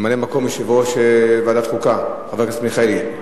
ממלא-מקום יושב-ראש ועדת החוקה, חבר הכנסת מיכאלי.